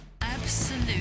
Absolute